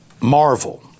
marvel